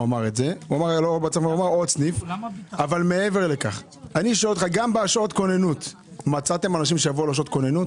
אבל גם בשעות כוננות - מצאתם אנשים שיעשו כוננות?